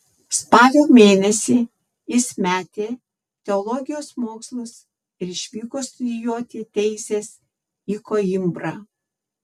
spalio mėnesį jis metė teologijos mokslus ir išvyko studijuoti teisės į koimbrą